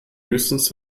höchstens